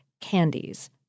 candies